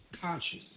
conscious